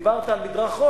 דיברת על מדרך-עוז.